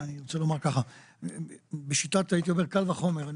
אני רוצה לומר ככה, בשיטת הייתי אומר קל וחומר.